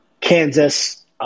Kansas –